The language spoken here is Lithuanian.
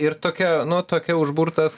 ir tokia nu tokia užburtas